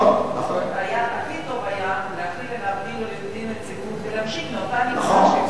הכי טוב היה להחיל עליו דין רציפות ולהמשיך מאותה נקודה.